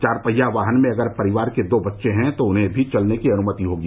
चार पहिया वाहन में अगर परिवार के दो बच्चे हैं तो उन्हें भी चलने की अनुमति होगी